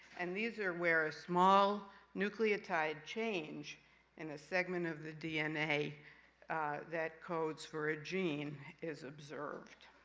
and these are where a small nucleotide change in a segment of the dna that codes for a gene, is observed.